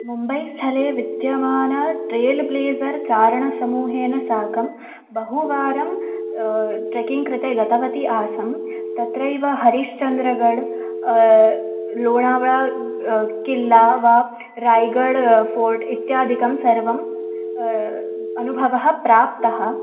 मुम्बैस्थले विद्यमानं trail blazers चारण समूहेन साकं बहूवारं ट्रकिङ्ग् कृते गतवती आसम् तत्रैव हरिश्चन्द्रगड् लोणावळा किल्ला व रायगड फ़ोर्ट् इत्यादिकं सर्वम् अनुभवः प्राप्तः